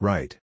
Right